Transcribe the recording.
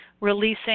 releasing